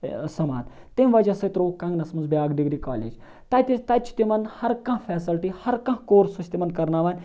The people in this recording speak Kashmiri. سَمان تمہِ وَجہ سۭتۍ ترووُکھ کَنٛگنَس مَنٛز بیاکھ ڈِگری کالیج تَتہِ ٲسۍ تَتہِ چھِ تِمَن ہَر کانٛہہ فیسَلٹی ہَر کانٛہہ کورس ٲسۍ تِمَن کَرناوان